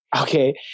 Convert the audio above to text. Okay